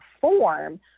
form